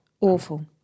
Awful